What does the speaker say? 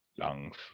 Lungs